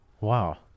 Wow